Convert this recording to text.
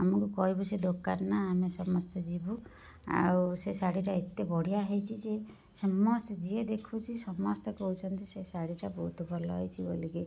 ଆମକୁ କହିବୁ ସେ ଦୋକାନ ନାଁ ଆମେ ସମସ୍ତେ ଯିବୁ ଆଉ ସେ ଶାଢ଼ିଟା ଏତେ ବଢ଼ିଆ ହେଇଛି ଯେ ସମସ୍ତେ ଯିଏ ଦେଖୁଛି ସମସ୍ତେ କହୁଛନ୍ତି ସେ ଶାଢ଼ିଟା ବହୁତ ଭଲ ହେଇଛି ବୋଲିକି